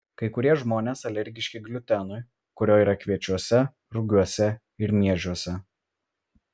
kai kurie žmonės alergiški gliutenui kurio yra kviečiuose rugiuose ir miežiuose